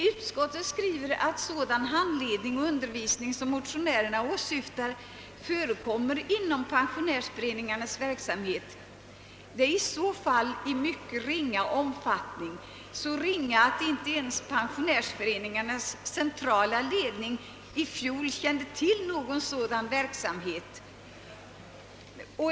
Utskottet skriver att sådan handledning och undervisning som motionärerna åsyftar förekommer inom pensionärsföreningarnas verksamhet. Det är i så fall i mycket ringa omfattning, så ringa att inte ens pensionärsföreningarnas centrala ledning i fjol kände till någon sådan verksamhet.